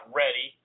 ready